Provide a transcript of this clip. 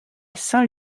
saint